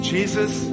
Jesus